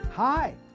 Hi